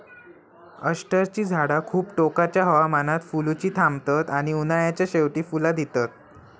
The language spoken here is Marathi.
अष्टरची झाडा खूप टोकाच्या हवामानात फुलुची थांबतत आणि उन्हाळ्याच्या शेवटी फुला दितत